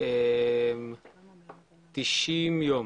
90 ימים